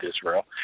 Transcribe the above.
Israel